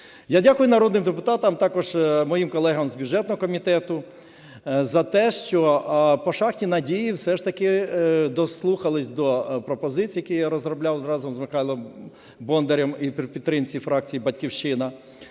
Я дякую народним депутатам, також моїм колегам з бюджетного комітету за те, що по шахті "Надія" все ж таки дослухались до пропозицій, які я розробляв разом з Михайлом Бондарем і при підтримці фракції "Батьківщина",